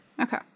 Okay